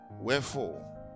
wherefore